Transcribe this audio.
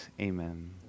Amen